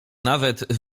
nawet